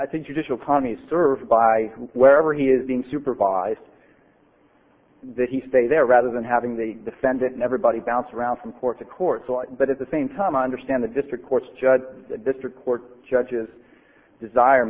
i think you just feel funny served by wherever he is being supervised he stay there rather than having the defendant everybody bounce around from court to court so i but at the same time i understand the district court judge the district court judges desire